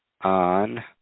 on